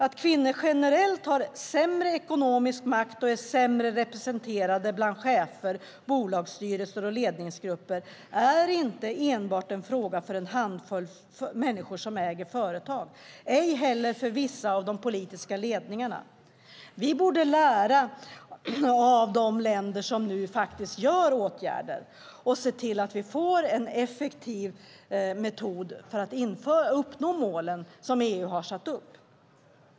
Att kvinnor generellt har sämre ekonomisk makt och är sämre representerade bland chefer och i bolagsstyrelser och ledningsgrupper är inte en fråga enbart för en handfull människor som äger företag, inte heller för vissa av de politiska ledningarna. Vi borde lära av de länder som vidtar åtgärder och se till att vi får en effektiv metod för att uppnå målen som EU har satt upp.